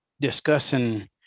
discussing